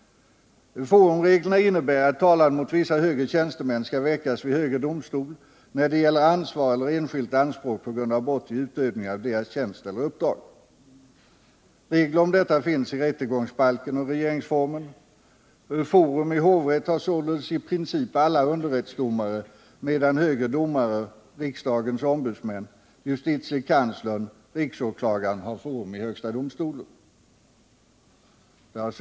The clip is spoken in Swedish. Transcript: Forumreglerna innebär att talan mot vissa högre tjänstemän skall väckas vid högre domstol när det gäller ansvar eller enskilt anspråk på grund av brott i utövning av tjänst eller uppdrag. Regler om detta finns i rättegångsbalken och i regeringsformen. Forum i hovrätt har således i princip alla underrättsdomare, medan högre domare, riksdagens ombudsmän, justitiekanslern och riksåklagaren har forum i högsta domstolen.